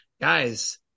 guys